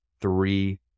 three